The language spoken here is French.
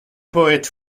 poète